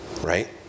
right